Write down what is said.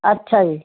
ਅੱਛਾ ਜੀ